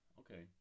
okay